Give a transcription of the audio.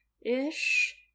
Ish